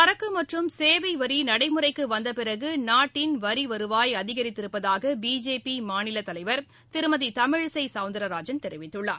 சரக்கு சேவை வரி நடைமுறைக்கு வந்த பிறகு வரி வருவாய் அதிகரித்திருப்பதாக பிஜேபி மாநிலத் தலைவர் திருமதி தமிழிசை சவுந்தரராஜன் தெரிவித்துள்ளார்